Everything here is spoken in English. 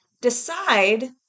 decide